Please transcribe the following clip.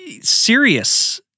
serious